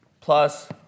plus